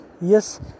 Yes